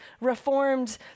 reformed